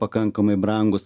pakankamai brangūs